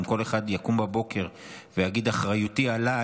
אם כל אחד יקום בבוקר ויגיד: אחריותי עליי,